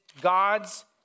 God's